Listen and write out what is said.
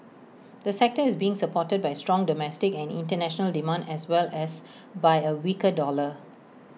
the sector is being supported by strong domestic and International demand as well as by A weaker dollar